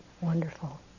wonderful